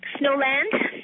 Snowland